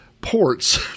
ports